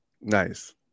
Nice